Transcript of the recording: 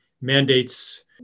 mandates